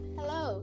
Hello